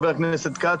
חבר הכנסת כץ,